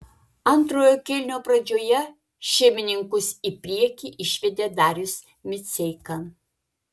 antrojo kėlinio pradžioje šeimininkus į priekį išvedė darius miceika